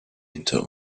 hinter